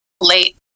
late